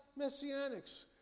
messianics